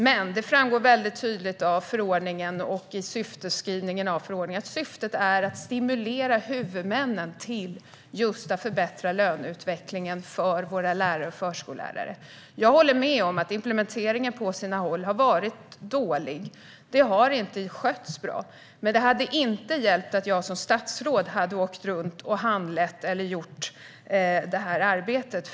Men det framgår väldigt tydligt av förordningen och av syftesskrivningen i förordningen att syftet är att stimulera huvudmännen till att förbättra löneutvecklingen för våra lärare och förskollärare. Jag håller med om att implementeringen på sina håll har varit dålig. Den har inte skötts bra. Men det hade inte hjälpt om jag som statsråd hade åkt runt och handlett eller gjort det arbetet.